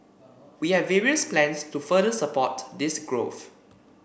we have various plans to further support this growth